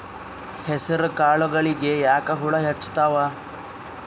ಹೆಸರ ಕಾಳುಗಳಿಗಿ ಯಾಕ ಹುಳ ಹೆಚ್ಚಾತವ?